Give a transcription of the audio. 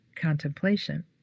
contemplation